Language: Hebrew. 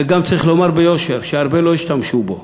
וגם צריך להגיד ביושר שהרבה לא השתמשו בו,